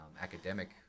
academic